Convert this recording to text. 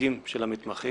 נציגים של המתמחים,